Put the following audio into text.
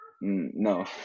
no